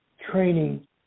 training